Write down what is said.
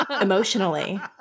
Emotionally